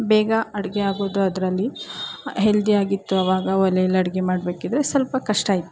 ಬೇಗ ಅಡುಗೆ ಆಗೋದು ಅದರಲ್ಲಿ ಹೆಲ್ದಿಯಾಗಿತ್ತು ಆವಾಗ ಒಲೆಯಲ್ಲಿ ಅಡುಗೆ ಮಾಡಬೇಕಿದ್ರೆ ಸ್ವಲ್ಪ ಕಷ್ಟ ಇತ್ತು